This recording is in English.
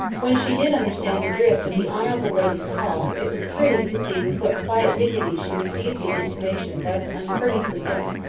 when she did understand the drift of the honourable lady's call, it was pretty to see with what quiet dignity she received the intimation thus uncourteously given.